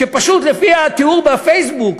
שפשוט לפי התיאור בפייסבוק,